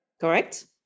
Correct